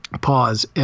pause